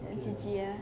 then G_G ah